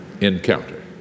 encounter